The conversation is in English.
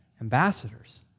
ambassadors